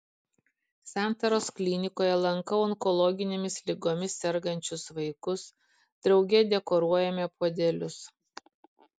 santaros klinikoje lankau onkologinėmis ligomis sergančius vaikus drauge dekoruojame puodelius